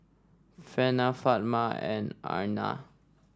Hana Fatimah and Aina